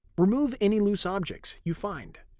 remove any loose objects you find.